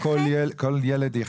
כמה זה עבור כל ילד?